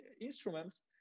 instruments